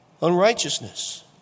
unrighteousness